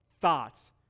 thoughts